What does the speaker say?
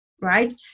right